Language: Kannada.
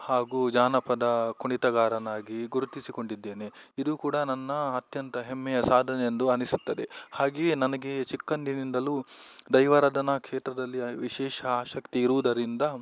ಹಾಗೂ ಜಾನಪದ ಕುಣಿತಗಾರನಾಗಿ ಗುರುತಿಸಿಕೊಂಡಿದ್ದೇನೆ ಇದು ಕೂಡ ನನ್ನ ಅತ್ಯಂತ ಹೆಮ್ಮೆಯ ಸಾಧನೆ ಎಂದು ಅನಿಸುತ್ತದೆ ಹಾಗೆಯೇ ನನಗೆ ಚಿಕ್ಕಂದಿನಿಂದಲೂ ದೈವಾರಾಧನಾ ಕ್ಷೇತ್ರದಲ್ಲಿ ವಿಶೇಷ ಆಸಕ್ತಿ ಇರುವುದರಿಂದ